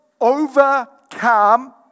overcome